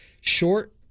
short